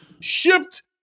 shipped